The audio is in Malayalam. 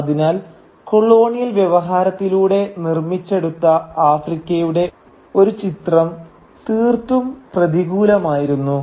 അതിനാൽ കൊളോണിയൽ വ്യവഹാരത്തിലൂടെ നിർമ്മിച്ചെടുത്ത ആഫ്രിക്കയുടെ ഒരു ചിത്രം തീർത്തും പ്രതികൂലമായിരുന്നു